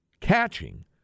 catching